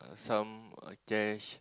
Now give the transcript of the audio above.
uh some uh cash